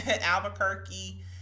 Albuquerque